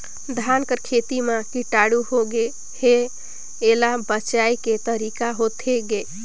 धान कर खेती म कीटाणु होगे हे एला बचाय के तरीका होथे गए?